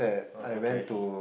ah okay